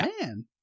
man